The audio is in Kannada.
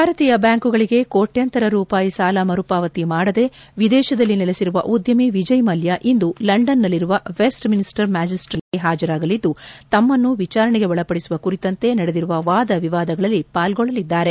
ಭಾರತೀಯ ಬ್ಯಾಂಕುಗಳಿಗೆ ಕೋಟ್ಯಾಂತರ ರೂಪಾಯಿ ಸಾಲ ಮರುಪಾವತಿ ಮಾಡದೆ ವಿದೇಶದಲ್ಲಿ ನೆಲೆಸಿರುವ ಉದ್ದಮಿ ವಿಜಯ್ ಮಲ್ಯ ಇಂದು ಲಂಡನ್ನಲ್ಲಿರುವ ವೆಸ್ಟ್ ಮಿನಿಸ್ಟರ್ ಮ್ಹಾಜಿಸ್ಟೇಟ್ ನ್ಯಾಯಾಲಯಕ್ಕೆ ಪಾಜರಾಗಲಿದ್ದು ತಮ್ಮನ್ನು ವಿಚಾರಣೆಗೆ ಒಳಪಡಿಸುವ ಕುರಿತಂತೆ ನಡೆದಿರುವ ವಾದ ವಿವಾದಗಳಲ್ಲಿ ಪಾಲ್ಗೊಳ್ಳಲಿದ್ದಾರೆ